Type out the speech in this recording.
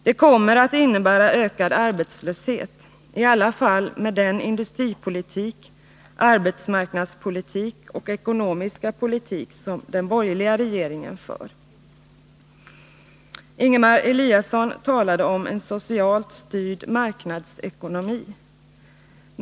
Det kommer att innebära ökad arbetslöshet — i alla fall med den industripolitik, arbetsmarknadspolitik och ekonomiska politik som den borgerliga regeringen för. Ingemar Eliasson talade om en socialt styrd marknadsekonomi.